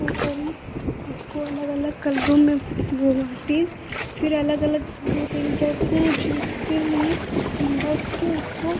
वह करें इसको अलग अलग कलरों में वह बाटें फिर अलग अलग दो तीन ब्रश हों जिसके लिए हम रखकर उसको